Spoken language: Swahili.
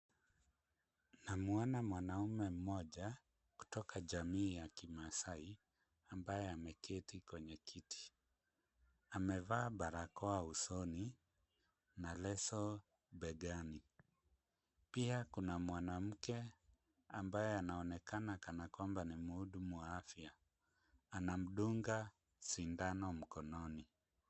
Namuona mwanaume mmoja kutoka jamii ya kimasaai ambaye ameketi kwenye kiti. Amevaa barakoa usoni na leso begani. Pia kuna mwanamke ambaye anaonekana kana kwamba ni mhudumu wa afya. Anamdunga sindano mkononi.